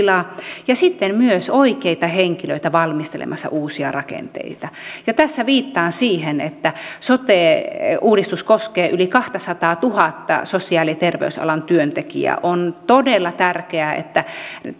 oikea tahtotila ja sitten myös oikeita henkilöitä valmistelemassa uusia rakenteita ja tässä viittaan siihen että sote uudistus koskee yli kahtasataatuhatta sosiaali ja terveysalan työntekijää on todella tärkeää että